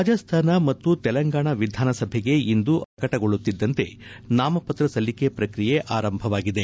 ರಾಜಾಸ್ತಾನ ಮತ್ತು ತೆಲಂಗಾಣ ವಿಧಾನಸಭೆಗೆ ಇಂದು ಅಧಿಸೂಚನೆ ಪ್ರಕಟಗೊಳ್ಳುತ್ತಿದ್ದಂತೆ ನಾಮಪತ್ರ ಸಲ್ಲಿಕೆ ಪ್ರಕ್ರಿಯೆ ಆರಂಭವಾಗಿದೆ